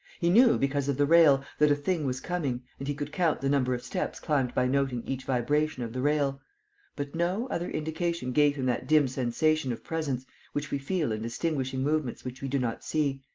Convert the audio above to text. he knew, because of the rail, that a thing was coming and he could count the number of steps climbed by noting each vibration of the rail but no other indication gave him that dim sensation of presence which we feel in distinguishing movements which we do not see,